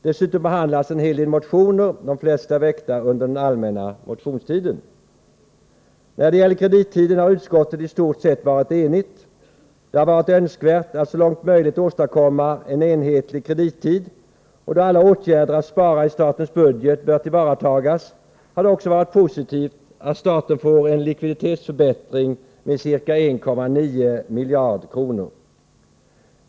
Dessutom behandlas en hel del motioner, de flesta väckta under den allmänna motionstiden. När det gäller kredittiden har utskottet i stort sett varit enigt. Det har varit önskvärt att så långt möjligt åstadkomma en enhetlig kredittid, och då alla åtgärder att spara i statens budget bör tillvaratagas har det också varit positivt att staten får en likviditetsförbättring med ca 1,9 miljarder kronor.